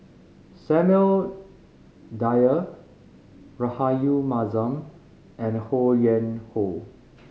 Samuel Dyer Rahayu Mahzam and Ho Yuen Hoe